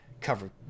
cover